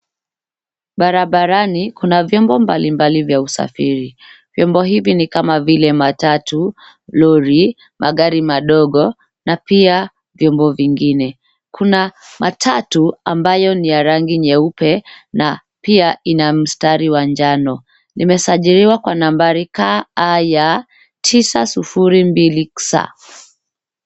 Barabarani, kuna vyombo mbalimbali vya usafiri. Vyombo hivi ni kama vile matatu, loro, magari madogo na pia vyombo vingine. Kuna matatu ambayo ni ya rangi nyeupe na pia ina mstari wa njano. Imesajiliwa kwa nambari, ka a ya tisa sufuri mbili xa.